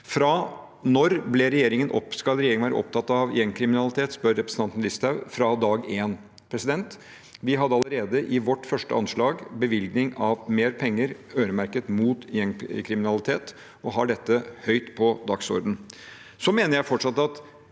når skal regjeringen være opptatt av gjengkriminalitet, spør representanten Listhaug. Fra dag én. Allerede i vårt første anslag bevilget vi mer penger øremerket mot gjengkriminalitet, og vi har dette høyt på dagsordenen. Så mener jeg fortsatt at